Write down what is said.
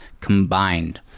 combined